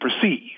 perceive